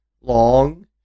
Long